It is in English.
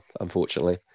unfortunately